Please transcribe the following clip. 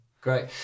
great